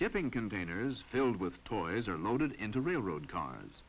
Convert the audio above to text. shipping containers filled with toys are loaded into railroad cars